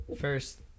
first